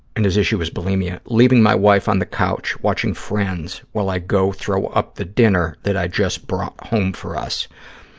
and his issue is bulimia. leaving my wife on the couch watching friends while i go throw up the dinner that i just brought home for us.